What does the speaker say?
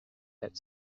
that